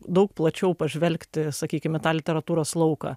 daug plačiau pažvelgti sakykime tą literatūros lauką